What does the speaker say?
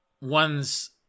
one's